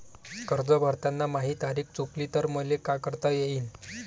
कर्ज भरताना माही तारीख चुकली तर मले का करता येईन?